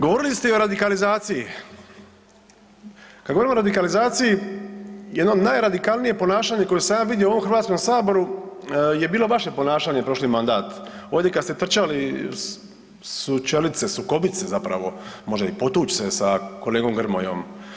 Govorili ste i o radikalizaciji, kad govorimo o radikalizaciji jedno od najradikalnije ponašanje koje sam ja vidio u Hrvatskom saboru je bilo vaše ponašanje prošli mandat ovdje kad ste trčali sučelit se, sukobit se, možda i potući se sa kolegom Grmojom.